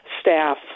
staff